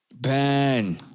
Ben